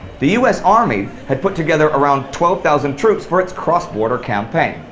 the us army had put together around twelve thousand troops for its cross-border campaign,